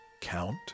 count